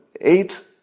eight